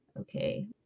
Okay